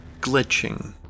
glitching